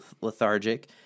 lethargic